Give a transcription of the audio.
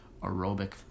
aerobic